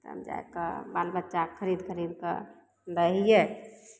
तब जा कऽ बल बच्चाके खरीद खरीद कऽ दै हियै